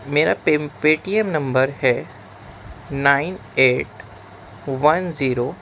میرا pay Paytm number ہے nine eight one zero